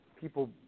people